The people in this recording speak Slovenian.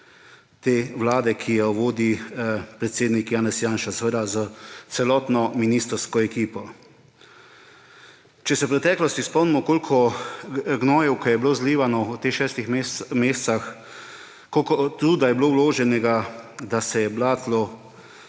te vlade, ki jo vodi predsednik Janez Janša, seveda s celotno ministrsko ekipo. Če se v preteklosti spomnimo, koliko gnojevke je bilo zlito v šestih mesecih, koliko truda je bilo vloženega, da se je blatilo